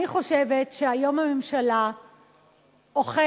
אני חושבת שהיום הממשלה אוכלת,